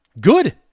Good